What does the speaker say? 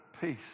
peace